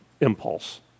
impulse